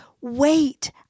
wait